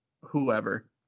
whoever